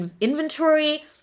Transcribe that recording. inventory